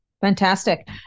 Fantastic